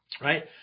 right